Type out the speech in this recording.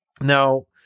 Now